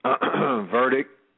verdict